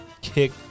kick